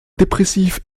dépressif